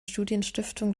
studienstiftung